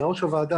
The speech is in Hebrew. כראש הוועדה,